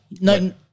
No